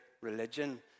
religion